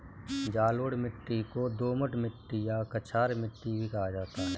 जलोढ़ मिट्टी को दोमट मिट्टी या कछार मिट्टी भी कहा जाता है